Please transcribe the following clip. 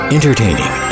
Entertaining